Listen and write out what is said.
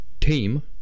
team